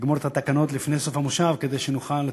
לגמור את התקנות לפני סוף המושב כדי שנוכל,